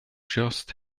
just